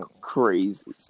crazy